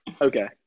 Okay